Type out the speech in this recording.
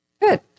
Good